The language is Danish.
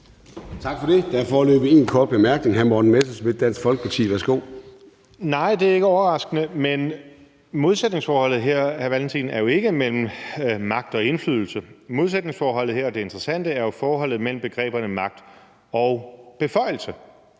Tak for det. Der er foreløbig en kort bemærkning. Hr. Morten Messerschmidt, Dansk Folkeparti, værsgo. Kl. 17:57 Morten Messerschmidt (DF): Nej, det er ikke overraskende, men modsætningsforholdet her, hr. Kim Valentin, er jo ikke mellem magt og indflydelse. Modsætningsforholdet her – og det interessante – er jo forholdet mellem begreberne magt og beføjelse.